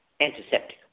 antiseptic